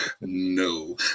No